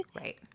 Right